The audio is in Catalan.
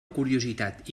curiositat